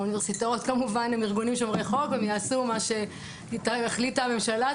האוניברסיטאות כמובן הם ארגונים שומרי חוק הם יעשו מה שהחליטה הממשלה,